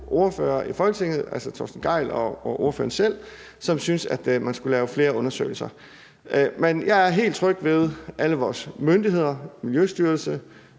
ordførere i Folketinget, altså Torsten Gejl og ordføreren selv, som synes, at man skulle lave flere undersøgelser. Men jeg er helt tryg ved alle vores myndigheder, Miljøstyrelsen